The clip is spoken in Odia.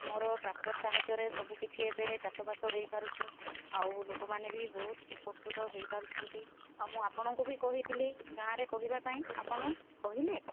ମୋର ଟ୍ରାକ୍ଟର ସାହାଯ୍ୟରେ ସବୁକିଛି ଏବେ ଚାଷବାସ ହେଇପାରୁଛି ଆଉ ଲୋକମାନେ ବି ବହୁତ୍ ଉପକୃତ ହେଇପାରୁଛନ୍ତି ଆଉ ମୁଁ ଆପଣଙ୍କୁ ବି କହିଥିଲି ଗାଁରେ କହିବା ପାଇଁ ଆପଣ କହିଲେ